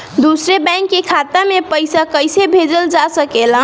दूसरे बैंक के खाता में पइसा कइसे भेजल जा सके ला?